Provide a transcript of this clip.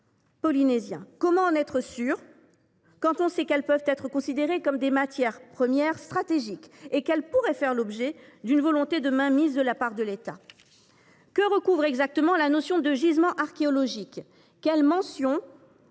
Comment en être certain, quand on sait que ces ressources peuvent être considérées comme des matières premières stratégiques et qu’elles pourraient faire l’objet d’une volonté de mainmise de la part de l’État ? Que recouvre exactement la notion de « gisement archéologique », qui est mentionnée